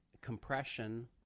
compression